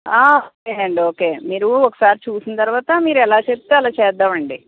ఓకేనండి ఓకే మీరు ఒకసారి చూసిన తర్వాత మీరు ఎలా చెప్తే అలా చేద్దామండి